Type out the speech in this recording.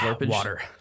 Water